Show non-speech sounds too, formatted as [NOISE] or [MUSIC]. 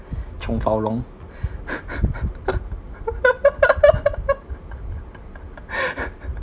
[BREATH] chong fow rong [LAUGHS]